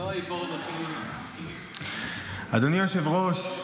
אדוני היושב-ראש,